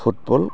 football